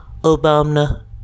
Obama